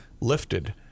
lifted